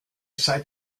seid